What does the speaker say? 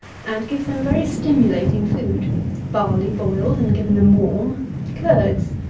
and give them very stimulating food barley boiled, and given them warm curds,